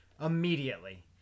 immediately